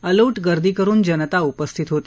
अलोट गर्दी करुन जनता उपस्थित होती